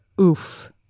oof